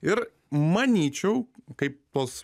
ir manyčiau kaip tos